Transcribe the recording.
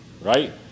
right